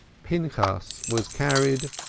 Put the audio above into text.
pinchas was carried,